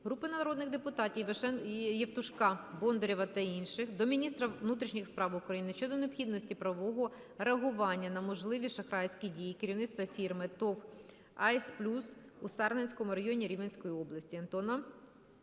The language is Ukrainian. Групи народних депутатів (Євтушка, Бондарєва та інших) до міністра внутрішніх справ України щодо необхідності правового реагування на можливі шахрайські дії керівництва фірми ТОВ "АЙСТ ПЛЮС" у Сарненському районі Рівненської області.